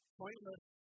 pointless